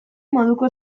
moduko